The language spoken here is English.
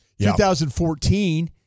2014